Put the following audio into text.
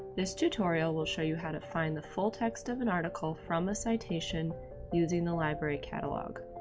this tutorial will show you how to find the full text of an article from the citation using the library catalog.